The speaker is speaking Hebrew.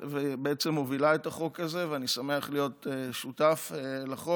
בעצם היא מובילה את החוק הזה ואני שמח להיות שותף לחוק.